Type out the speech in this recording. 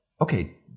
okay